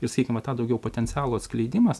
ir sakykim tą daugiau potencialo atskleidimas